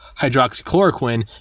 hydroxychloroquine